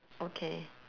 okay